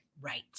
right